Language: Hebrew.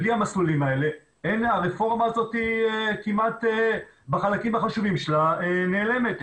בלי המסלולים האלה הרפורמה הזאת בחלקים החשובים שלה נעלמת.